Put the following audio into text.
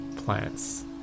plants